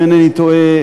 אם אינני טועה,